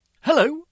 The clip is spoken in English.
Hello